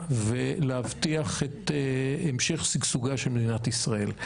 ולהבטיח את המשך שגשוגה של מדינת ישראל.